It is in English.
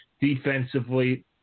Defensively